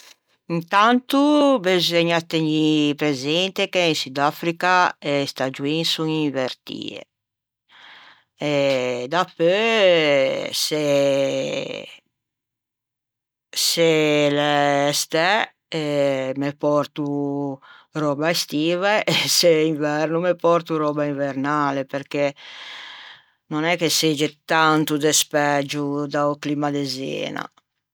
intanto beseugna tegnî presente che in Sudafrica e stagioin son invertie e dapeu se se l'é stæ me pòrto röba estiva e se l'é inverno me pòrto röba invernale perché no l'é che segge tanto despægio da-o climma de Zena